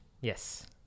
yes